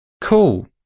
cool